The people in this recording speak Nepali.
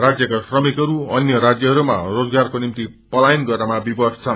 राज्यका श्रमक अन्य राज्यहरूमा रोजगारको निमिर पलायन गर्नमा विवश छन्